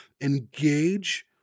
engage